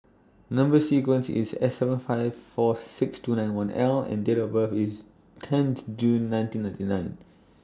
Number sequence IS S seven five four six two nine one L and Date of birth IS tenth June nineteen ninety nine